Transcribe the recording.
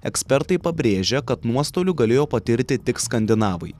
ekspertai pabrėžia kad nuostolių galėjo patirti tik skandinavai